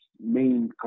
main